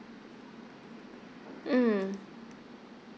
mm